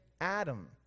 Adam